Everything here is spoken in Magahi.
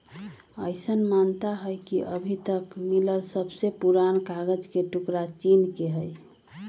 अईसन मानता हई कि अभी तक मिलल सबसे पुरान कागज के टुकरा चीन के हई